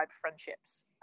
friendships